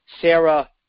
Sarah